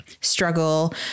struggle